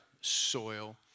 soil